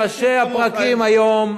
בראשי הפרקים היום,